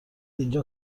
اینجا